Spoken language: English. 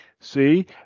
see